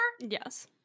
Yes